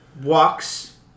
walks